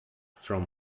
from